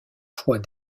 fois